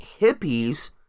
hippies